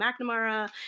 McNamara